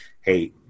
Hey